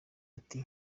ati